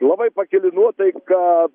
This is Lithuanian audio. labai pakili nuotaika